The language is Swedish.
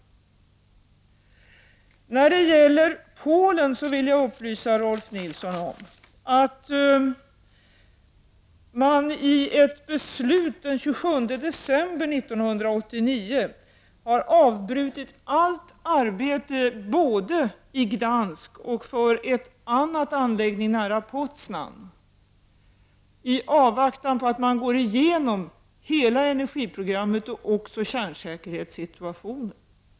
När det gäller Polen vill jag upplysa Rolf Nilson om att man enligt ett beslut den 27 december 1989 har avbrutit allt arbete både i Gdansk och för en annan anläggning nära Poznan i avvaktan på en genomgång av hela energiprogrammet och också kärnsäkerhetssituationen.